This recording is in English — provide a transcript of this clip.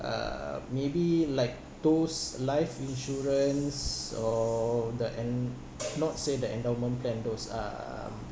uh maybe like those life insurance or the en~ not say the endowment plan those um